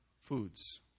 foods